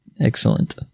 Excellent